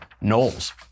Knowles